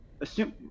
assume